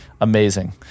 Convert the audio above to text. Amazing